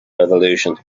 revolution